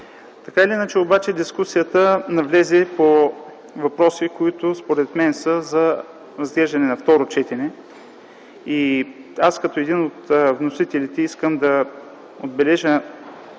на спорта. Дискусията обаче навлезе по въпроси, които според мен са за разглеждане на второ четене. Като един от вносителите искам да отбележа